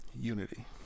unity